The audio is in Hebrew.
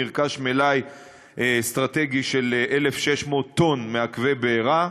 נרכש מלאי אסטרטגי של 1,600 טון מעכבי בעירה,